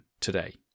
today